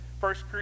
First